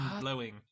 blowing